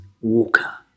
Walker